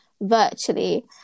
virtually